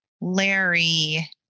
Larry